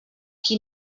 qui